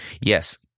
yes